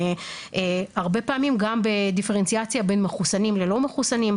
הרבה פעמים גם בדיפרנציאציה בין מחוסנים ללא מחוסנים.